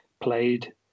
played